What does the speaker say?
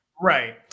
Right